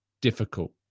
difficult